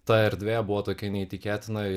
ta erdvė buvo tokia neįtikėtina